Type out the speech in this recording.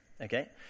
okay